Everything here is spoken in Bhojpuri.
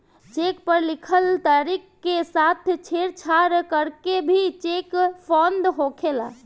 चेक पर लिखल तारीख के साथ छेड़छाड़ करके भी चेक फ्रॉड होखेला